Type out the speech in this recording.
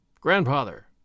Grandfather